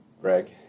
Greg